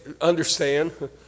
understand